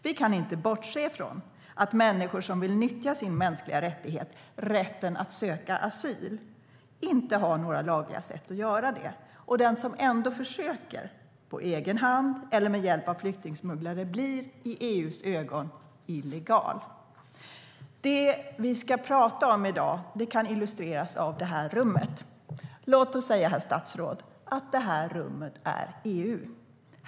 Vi kan inte bortse från att människor som vill nyttja sin mänskliga rättighet, rätten att söka asyl, inte har några lagliga sätt att göra det. Den som ändå försöker på egen hand eller med hjälp av flyktingsmugglare blir i EU:s ögon illegal. Det vi ska tala om i dag kan illustreras av denna kammare. Låt oss säga, herr statsråd, att det här rummet är EU.